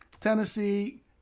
Tennessee